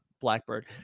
Blackbird